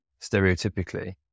stereotypically